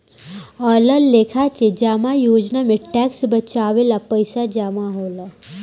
अलग लेखा के जमा योजना में टैक्स बचावे ला पईसा जमा होला